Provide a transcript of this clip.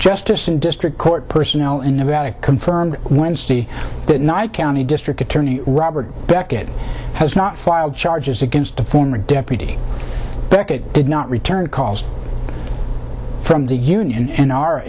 justice and district court personnel in nevada confirmed wednesday night county district attorney robert beckett has not filed charges against a former deputy beckett did not return calls from the union in our